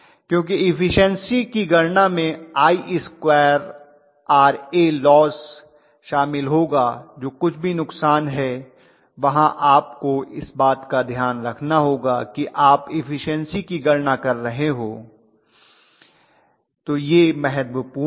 क्योंकि इफिशन्सी की गणना में Ia2Ra लॉस शामिल होगा जो कुछ भी नुकसान है वहां आपको इस बात का ध्यान रखना होगा कि जब आप इफिशन्सी की गणना कर रहे हों तो यह महत्वपूर्ण है